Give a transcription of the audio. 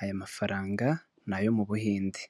Aya mafaranga ni ayo mu buhinde.